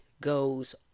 goes